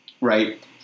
right